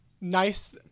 Nice